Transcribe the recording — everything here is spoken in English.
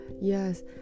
yes